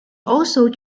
also